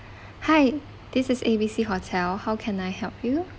hi this is A B C hotel how can I help you